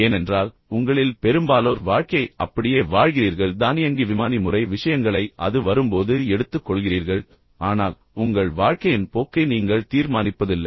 ஏனென்றால் உங்களில் பெரும்பாலோர் வாழ்க்கையை அப்படியே வாழ்கிறீர்கள் தானியங்கி விமானி முறை உறுதியாக தெரியவில்லை விஷயங்களை அது வரும்போது எடுத்துக் கொள்கிறீர்கள் ஒரு ஓட்டத்துடன் செல்கிறீர்கள் ஆனால் உங்கள் வாழ்க்கையின் போக்கை நீங்கள் தீர்மானிப்பதில்லை